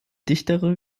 dichtere